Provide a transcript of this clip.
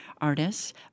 artists